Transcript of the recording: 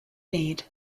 need